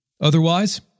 Otherwise